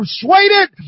persuaded